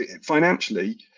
Financially